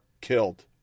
killed